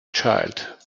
child